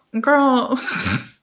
girl